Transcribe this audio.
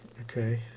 Okay